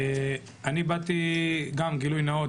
גילוי נאות,